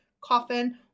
coffin